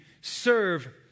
serve